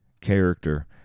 character